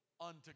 unto